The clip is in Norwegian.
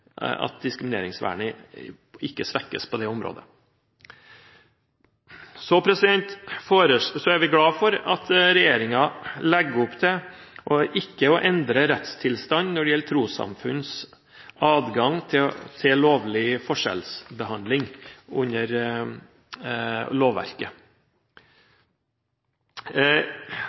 at diskrimineringsvernet ikke svekkes på det området. Vi er glad for at regjeringen legger opp til ikke å endre rettstilstanden når det gjelder trossamfunns adgang til lovlig forskjellsbehandling under lovverket.